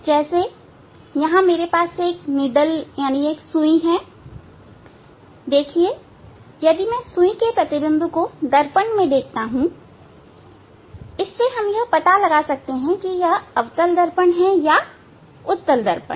जैसे यहां मेरे पास एक सुई है देखिए यदि मैं सुई के प्रतिबिंब को दर्पण में देखता हूं इससे हम यह पता लगा सकते हैं कि यह अवतल दर्पण है या उत्तल दर्पण